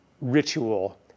ritual